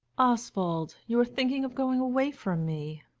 oswald you are thinking of going away from me.